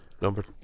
Number